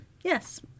Yes